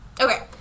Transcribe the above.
Okay